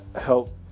help